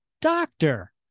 doctor